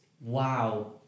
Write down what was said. Wow